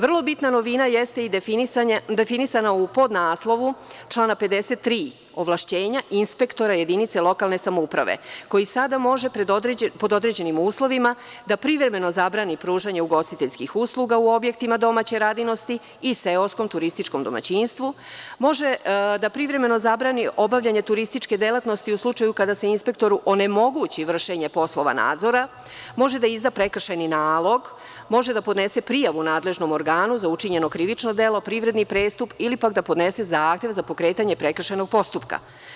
Vrlo bitna novina jeste definisana u podnaslovu člana 53. – ovlašćenja inspektora jedinice lokalne samouprave, koji sada može pod određenim uslovima da privremeno zabrani pružanje ugostiteljskih usluga u objektima domaće radinosti i seoskom turističkom domaćinstvu, može da privremeno zabrani obavljanje turističke delatnosti u slučaju kada se inspektoru onemogući vršenje poslova nadzora, može da izda prekršajni nalog, može da podnese prijavu nadležnom organu za učinjeno krivično delo, privredni prestup ili pak da podnese zahtev za pokretanje prekršajnog postupka.